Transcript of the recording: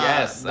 Yes